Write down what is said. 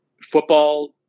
football